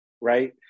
Right